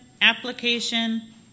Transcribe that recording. application